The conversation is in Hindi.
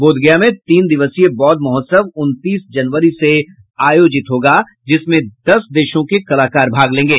बोधगया में तीन दिवसीय बौद्ध महोत्सव उनतीस जनवरी से आयोजित होगा जिसमें दस देशों के कलाकार भाग लेंगे